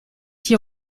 die